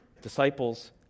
disciples